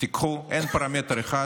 אין פרמטר אחד